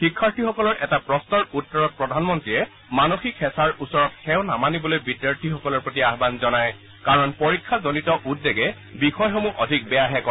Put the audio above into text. শিক্ষাৰ্থীসকলৰ এটা প্ৰশ্নৰ উত্তৰত প্ৰধানমন্ত্ৰীয়ে মানসিক হেঁচাৰ ওচৰত সেওঁ নামানিবলৈ বিদ্যাৰ্থীসকলৰ প্ৰতি আহান জনায় কাৰণ পৰীক্ষাজনিত উদ্বেগে বিষয়সমূহ অধিক বেয়াহে কৰে